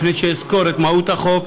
לפני שאסקור את מהות החוק,